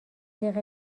دقیقه